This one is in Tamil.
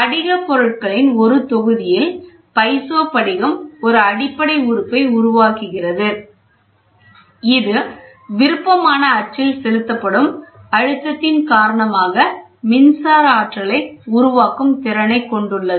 படிகப் பொருட்களின் ஒரு தொகுதியில் பைசோ படிகம் ஒரு அடிப்படை உறுப்பை உருவாக்குகிறது இது விருப்பமான அச்சில் செலுத்தப்படும் அழுத்தத்தின் காரணமாக மின்சார ஆற்றலை உருவாக்கும் திறனைக் கொண்டுள்ளது